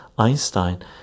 Einstein